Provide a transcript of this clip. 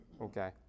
Okay